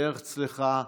דרך צלחה,